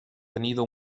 tenido